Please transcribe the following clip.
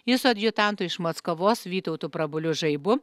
jis su adjutantu iš maskavos vytautu prabuliu žaibu